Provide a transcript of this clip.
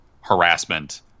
harassment